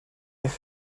eich